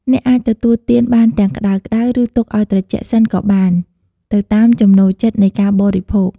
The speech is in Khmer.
អ្នកអាចទទួលទានបានទាំងក្ដៅៗ ឬទុកឱ្យត្រជាក់សិនក៏បាន ទៅតាមចំណូលចិត្តនៃការបរិភោគ។